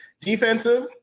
Defensive